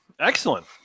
Excellent